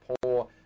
poor